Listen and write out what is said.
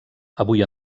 avui